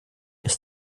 ist